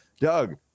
Doug